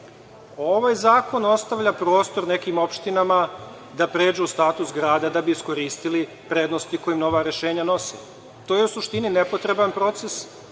Ovaj zakon ostavlja prostor nekim opštinama da pređu u status grada, da bi iskoristili prednosti koje im ova rešenja nose. To je u suštini nepotreban proces,